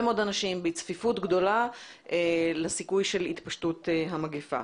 מאוד אנשים ובצפיפות גדולה ויש סיכוי להתפשטות המגפה.